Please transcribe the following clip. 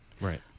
Right